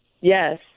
Yes